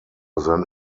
than